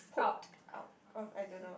poked out of I don't know